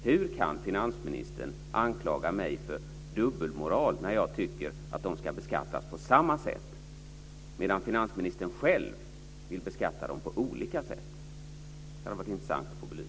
Hur kan finansministern anklaga mig för dubbelmoral när jag tycker att de ska beskattas på samma sätt medan finansministern själv vill beskatta dem på olika sätt? Det hade varit intressant att få det belyst.